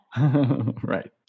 Right